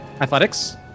Athletics